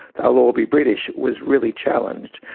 they will all be british' was really challenged.